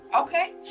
Okay